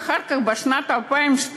ואחר כך, בשנת 2012,